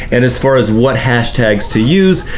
and as far as what hashtags to use,